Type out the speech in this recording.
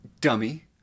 dummy